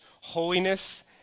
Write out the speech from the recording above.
holiness